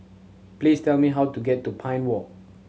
please tell me how to get to Pine Walk